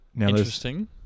Interesting